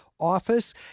office